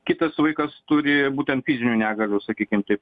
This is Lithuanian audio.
kitas vaikas turi būtent fizinių negalių sakykim taip